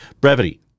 Brevity